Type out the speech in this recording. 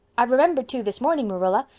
i remembered to this morning, marilla.